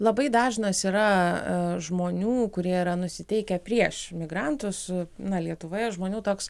labai dažnas yra žmonių kurie yra nusiteikę prieš migrantus na lietuvoje žmonių toks